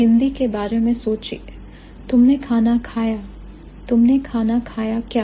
हिंदी के बारे में सोचिए तुमने खाना खाया तुमने खाना खाया क्या